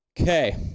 Okay